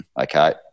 Okay